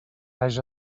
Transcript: haja